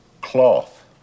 Cloth